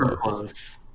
close